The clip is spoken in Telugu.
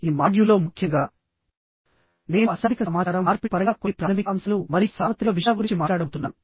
మరియు ఈ మాడ్యూల్లో ముఖ్యంగా నేను అశాబ్దిక సమాచార మార్పిడి పరంగా కొన్ని ప్రాథమిక అంశాలు మరియు సార్వత్రిక విషయాల గురించి మాట్లాడబోతున్నాను